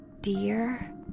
Dear